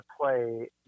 play